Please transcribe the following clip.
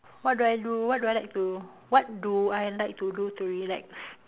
what do I do what do I like to what do I like to do to relax